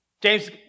James